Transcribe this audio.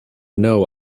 know